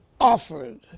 offered